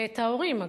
ואת ההורים,